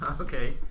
Okay